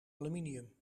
aluminium